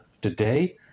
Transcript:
today